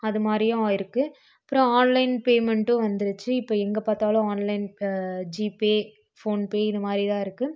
அது மாதிரியும் இருக்கு அப்புறம் ஆன்லைன் பேமண்ட்டும் வந்துருச்சு இப்போ எங்கே பார்த்தாலும் ஆன்லைன் ப ஜிபே ஃபோன் பே இது மாதிரி தான் இருக்கு